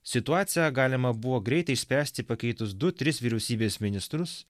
situaciją galima buvo greitai išspręsti pakeitus du tris vyriausybės ministrus